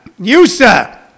YUSA